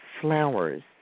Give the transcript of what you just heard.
flowers